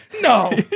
No